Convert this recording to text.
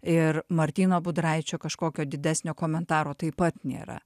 ir martyno budraičio kažkokio didesnio komentaro taip pat nėra